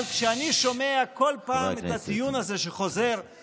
אבל כשאני שומע כל פעם את הטיעון הזה שחוזר: